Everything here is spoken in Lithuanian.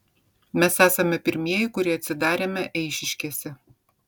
mes esame pirmieji kurie atsidarėme eišiškėse